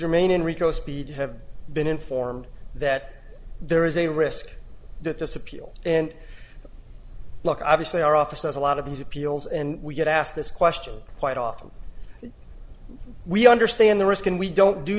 germane enrico speed you have been informed that there is a risk that this appeal and look obviously our office has a lot of these appeals and we get asked this question quite often we understand the risk and we don't do